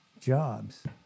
jobs